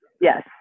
yes